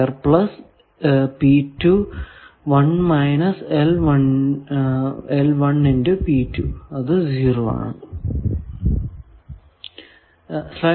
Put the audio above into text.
plus 1 minus അത് 0 ആണ്